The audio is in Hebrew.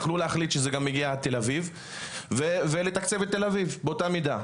יכלו להחליט שזה מגיע עד תל אביב ולתקצב את תל אביב באותה מידה.